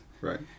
right